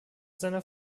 seiner